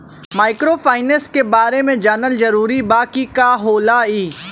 Microfinance के बारे में जानल जरूरी बा की का होला ई?